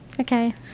Okay